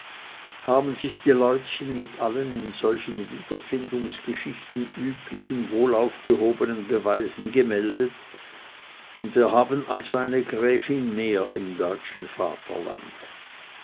haben sich die leutchen mit allen in solchen wiederfindungsgeschichten üblichen wohlaufgehobenen beweisen gemeldet und wir haben also eine gräfin mehr im deutschen vaterlande